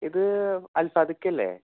ഇത് അൽസാദിക്കയല്ലേ